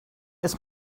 ist